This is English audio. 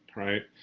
right?